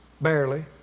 barely